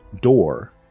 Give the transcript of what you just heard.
door